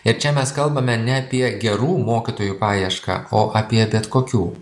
ir čia mes kalbame ne apie gerų mokytojų paiešką o apie bet kokių